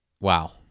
Wow